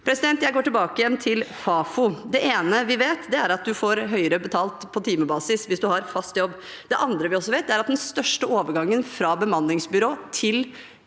Jeg går tilbake igjen til Fafo. Det ene vi vet, er at man får høyere betalt på timebasis hvis man har fast jobb. Det andre vi også vet, er at den største overgangen fra bemanningsbyrå til